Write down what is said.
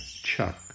Chuck